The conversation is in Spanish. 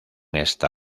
esta